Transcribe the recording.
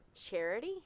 charity